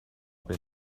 bin